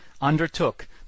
undertook